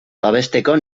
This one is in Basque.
babesteko